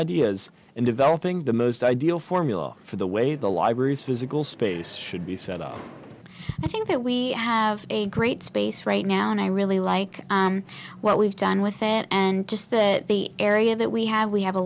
ideas and developing the most ideal formula for the way the library's physical space should be set up i think that we have a great space right now and i really like what we've done with it and just that the area that we have we have a